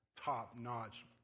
top-notch